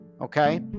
Okay